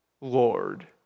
Lord